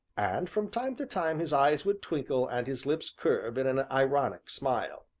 and from time to time his eyes would twinkle and his lips curve in an ironic smile.